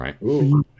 right